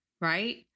right